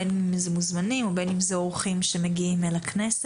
בין אם זה מוזמנים ובין אם זה אורחים שמגיעים אל הכנסת.